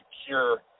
secure